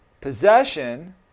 possession